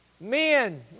Men